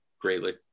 greatly